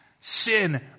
Sin